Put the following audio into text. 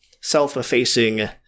self-effacing